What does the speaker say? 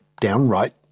downright